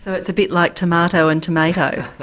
so it's a bit like tomato and tomato,